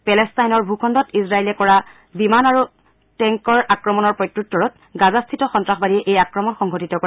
পেলেটাইনৰ ভূখণ্ডত ইজৰাইললৈ কৰা বিমান আৰু টেংকেৰে কৰা আক্ৰমণৰ প্ৰত্যুত্তৰত গাজাস্থিত সন্তাসবাদীয়ে এই আক্ৰমণ সংঘটিত কৰে